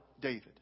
David